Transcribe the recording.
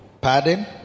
pardon